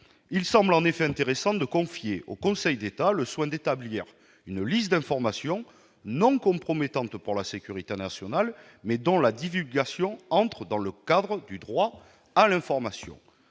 Il semble en effet intéressant de confier au Conseil d'État le soin d'établir une liste d'informations non compromettantes pour la sécurité nationale, mais dont la divulgation entre dans le cadre du droit à l'information.